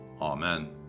Amen